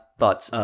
thoughts